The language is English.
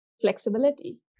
flexibility